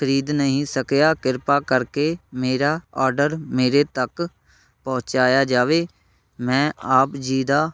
ਖਰੀਦ ਨਹੀਂ ਸਕਿਆ ਕਿਰਪਾ ਕਰਕੇ ਮੇਰਾ ਔਡਰ ਮੇਰੇ ਤੱਕ ਪਹੁੰਚਾਇਆ ਜਾਵੇ ਮੈਂ ਆਪ ਜੀ ਦਾ